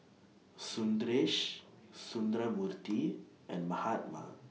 Sundaresh Sundramoorthy and Mahatma